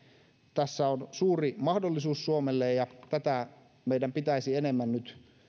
tässä on suuri mahdollisuus suomelle ja tätä meidän pitäisi nyt enemmän